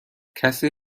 کسی